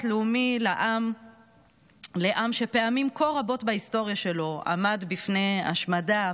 בית לאומי לעם שפעמים כה רבות בהיסטוריה שלו עמד בפני השמדה,